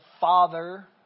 Father